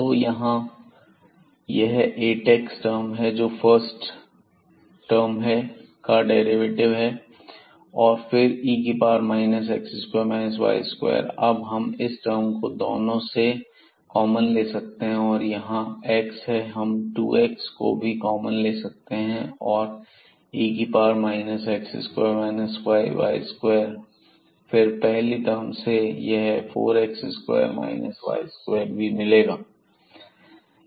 तो यहां यह 8 x है जोकि फर्स्ट टर्म का डेरिवेटिव है और फिर e x2 4y2 है अब इस टर्म को हम दोनों में से कॉमन ले सकते हैं और यहां x है हम 2x को भी कॉमन ले सकते हैं और e x2 4y2 फिर पहली टर्म से हमें यह 4x2 y2 मिलेगा